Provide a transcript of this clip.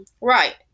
Right